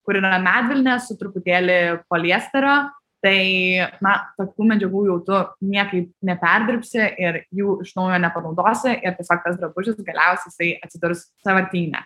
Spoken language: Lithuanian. kur yra medvilnė su truputėlį poliesterio tai na tokių medžiagų jau tu niekaip neperdirbsi ir jų iš naujo nepanaudosi ir tiesiog tas drabužis galiausiai jisai atsidurs sąvartyne